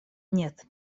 нет